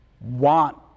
want